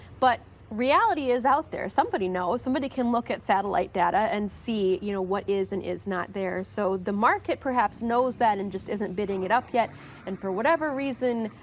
but reality is out there, somebody knows, somebody can look at satellite data and see you know what is and is not there. so the market perhaps knows that and just isn't bidding it up yet and for whatever reason